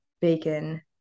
bacon